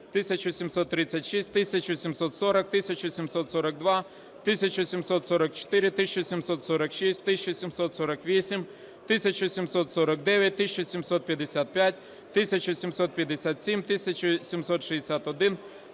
1736, 1740, 1742, 1744, 1746, 1748, 1749, 1755, 1757, 1761,